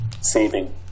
saving